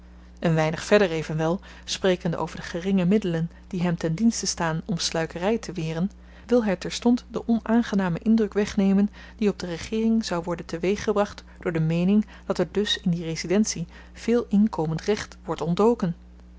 een weinig verder evenwel sprekende over de geringe middelen die hem ten dienste staan om sluikery te weren wil hy terstond den onaangenamen indruk wegnemen die op de regeering zou worden te-weeg gebracht door de meening dat er dus in die residentie veel inkomend recht wordt ontdoken